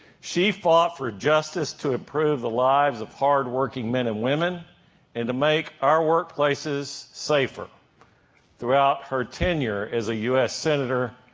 she fought for justice to improve the lives of hard-working men and women and to make our workplaces safer throughout her tenure as a u s. senator.